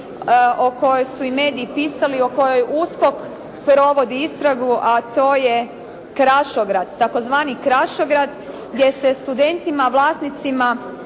o kojoj su i mediji pisali, o kojoj USKOK provodi istragu, a to je "krašograd", tzv. "krašograd" gdje se studentima, vlasnicima